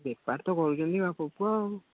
ବେପାର ତ କରୁଛନ୍ତି ବାପ ପୁଅ ଆଉ